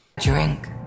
Drink